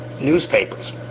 newspapers